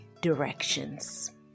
directions